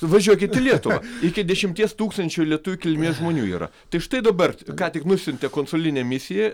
važiuokit į lietuvą iki dešimties tūkstančių lietuvių kilmės žmonių yra tai štai dabar ką tik nusiuntė konsulinę misiją